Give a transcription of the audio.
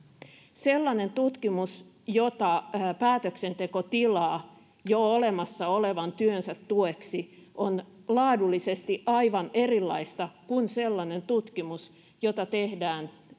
sellainen tutkimus jota päätöksenteko tilaa jo olemassa olevan työnsä tueksi on laadullisesti aivan erilaista kuin sellainen tutkimus jota tehdään